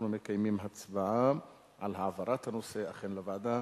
אנחנו מקיימים הצבעה על העברת הנושא לוועדה.